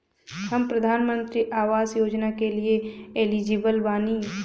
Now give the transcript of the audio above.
हम प्रधानमंत्री आवास योजना के लिए एलिजिबल बनी?